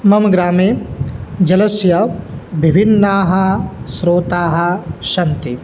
मम ग्रामे जलस्य विभिन्नाः स्रोताः सन्ति